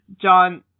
John